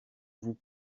vous